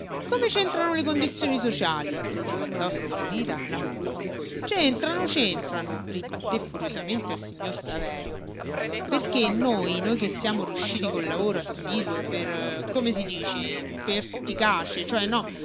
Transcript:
come c'entrano le condizioni sociali domandò stordita la moglie c'entrano c'entrano ribatté furiosamente il signor saverio perché noi noi che siamo riusciti col lavoro assiduo e per come si dice perticace cioè no